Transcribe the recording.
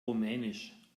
rumänisch